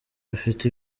abafite